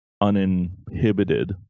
uninhibited